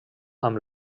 amb